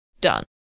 Done